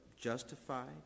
justified